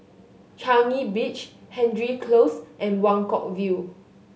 Changi Beach Hendry Close and Buangkok View